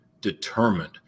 determined